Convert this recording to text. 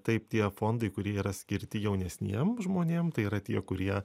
taip tie fondai kurie yra skirti jaunesniem žmonėm tai yra tie kurie